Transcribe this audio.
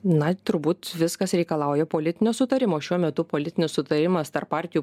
na turbūt viskas reikalauja politinio sutarimo šiuo metu politinis sutarimas tarp partijų